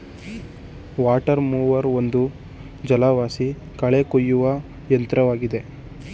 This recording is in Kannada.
ವಾಟರ್ ಮೂವರ್ ಒಂದು ಜಲವಾಸಿ ಕಳೆ ಕುಯ್ಯುವ ಯಂತ್ರವಾಗಿದೆ